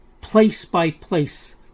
place-by-place